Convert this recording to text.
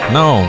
no